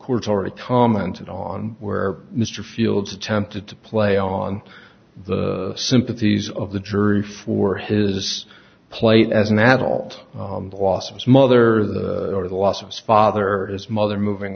court or a comment on where mr fields attempted to play on the sympathies of the jury for his plate as an adult the loss of his mother or the loss of his father his mother moving